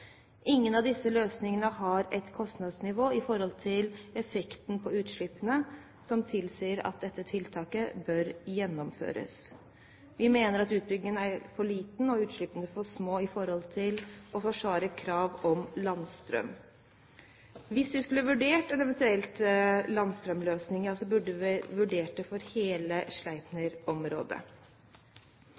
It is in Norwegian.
Ingen av disse løsningene har et kostnadsnivå i forhold til effekten på utslippene, som tilsier at dette tiltaket bør gjennomføres. Vi mener at utbyggingen er for liten og utslippene for små til å forsvare krav om landstrøm. Hvis vi skulle vurdert en eventuell landstrømløsning, burde vi ha vurdert det for hele